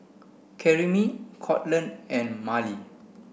Karyme Courtland and Marlie